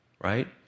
right